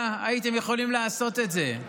הייתם יכולים לעשות את זה.